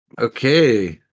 Okay